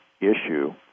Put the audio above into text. issue